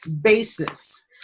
basis